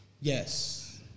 Yes